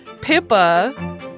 Pippa